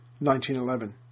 1911